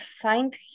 find